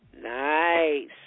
Nice